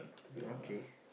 okay